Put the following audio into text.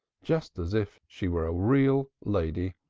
just as if she were a real lady.